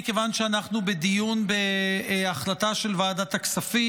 מכיוון שאנחנו בדיון בהחלטה של ועדה את הכספים,